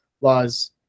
laws